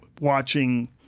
watching